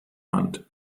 hand